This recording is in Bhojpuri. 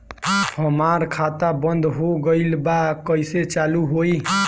हमार खाता बंद हो गइल बा कइसे चालू होई?